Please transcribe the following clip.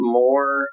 more